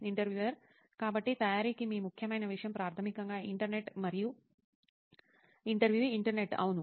interviewer కాబట్టి తయారీకి మీ ముఖ్యమైన విషయం ప్రాథమికంగా ఇంటర్నెట్ మరియు ఇంటర్వ్యూఈ ఇంటర్నెట్ అవును